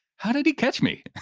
how did he catch me?